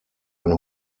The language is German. ein